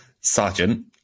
Sergeant